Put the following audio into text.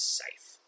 safe